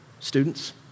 students